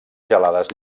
gelades